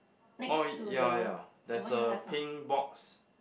oh ya ya there's a pink box